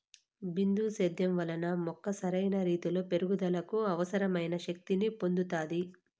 బిందు సేద్యం వలన మొక్క సరైన రీతీలో పెరుగుదలకు అవసరమైన శక్తి ని పొందుతాది